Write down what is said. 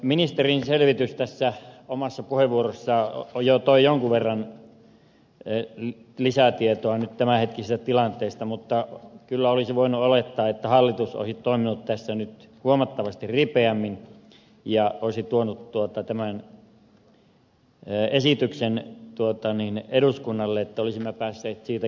ministerin selvitys omassa puheenvuorossaan toi jonkun verran lisätietoa nyt tämänhetkisestä tilanteesta mutta kyllä olisi voinut olettaa että hallitus olisi toiminut tässä nyt huomattavasti ripeämmin ja olisi tuonut tämän esityksen eduskunnalle että olisimme päässeet siitä keskustelemaan